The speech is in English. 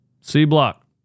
C-Block